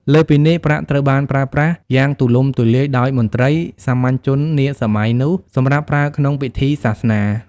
លើសពីនេះ ប្រាក់ត្រូវបានប្រើប្រាស់យ៉ាងទូលំទូលាយដោយមន្ត្រី សាមញ្ញជននាសម័យនោះ សម្រាប់ប្រើក្នុងពិធីសាសនា។